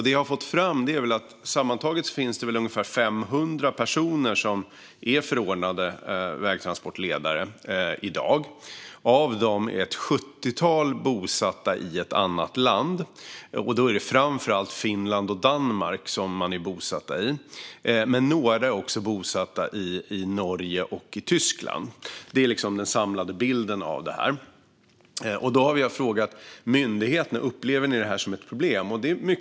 Det jag har fått fram är att det i dag finns sammantaget ungefär 500 personer som är förordnade vägtransportledare. Av dem är ett sjuttiotal bosatta i ett annat land. Det handlar framför allt om Finland och Danmark. Några är bosatta i Norge och Tyskland. Det här är den samlade bilden. Jag har frågat myndigheterna om de upplever det här som ett problem.